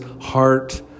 heart